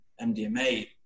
MDMA